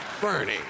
Bernie